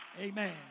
Amen